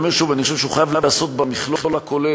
אני אומר שוב: אני חושב שהוא חייב להיעשות במכלול הכולל,